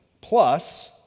plus